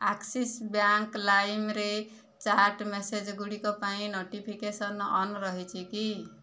Axis bank ଲାଇମ୍ରେ chat message ଗୁଡ଼ିକ ପାଇଁ ନୋଟିଫିକେସନ୍ ଅନ୍ ରହିଛି କି